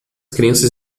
crianças